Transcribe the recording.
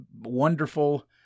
wonderful